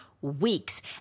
weeks